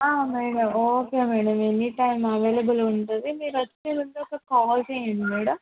madam okay madam any time available ఉంటుంది మీరు వచ్చే ముందు ఒక కాల్ చేయండి మేడం